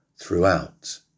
throughout